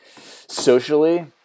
socially